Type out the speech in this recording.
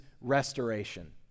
restoration